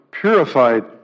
purified